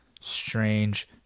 strange